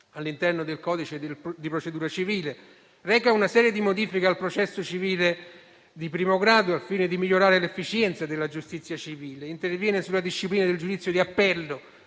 all'interno del codice di procedura civile. Il testo reca una serie di modifiche al processo civile di primo grado, al fine di migliorare l'efficienza della giustizia civile e interviene sulla disciplina del giudizio di appello,